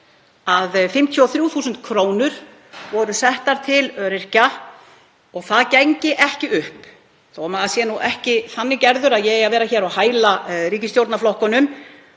að 53.000 kr. voru settar til öryrkja og það gengi ekki upp — þó að maður sé ekki þannig gerður að vera hér að hæla ríkisstjórnarflokkunum